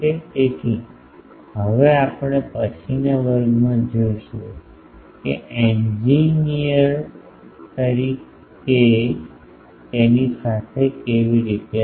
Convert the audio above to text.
તેથી હવે આપણે હવે પછીના વર્ગમાં જોઈશું કે એન્જિનિયર તરીકે તેની સાથે કેવી રીતે રમવું